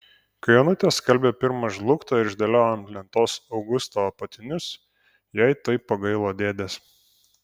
kai onutė skalbė pirmą žlugtą ir išdėliojo ant lentos augusto apatinius jai taip pagailo dėdės